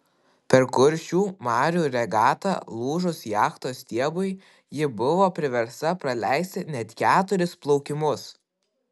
per kuršių marių regatą lūžus jachtos stiebui ji buvo priversta praleisti net keturis plaukimus